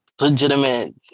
legitimate